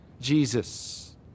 Jesus